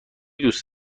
دوست